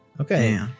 Okay